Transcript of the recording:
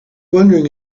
wondering